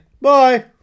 Bye